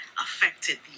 affected